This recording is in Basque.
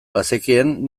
bazekien